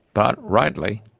but, rightly,